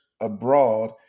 abroad